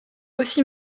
aussi